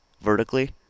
vertically